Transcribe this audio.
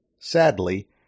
Sadly